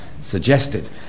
suggested